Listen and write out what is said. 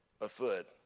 afoot